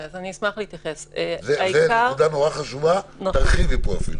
זאת נקודה מאוד חשובה, תרחיבי אפילו.